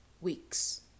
weeks